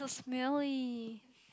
smelly